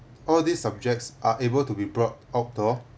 all these subjects are able to be brought outdoor